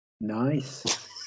Nice